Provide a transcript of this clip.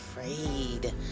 afraid